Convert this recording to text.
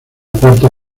cuarta